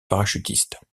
parachutiste